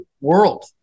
world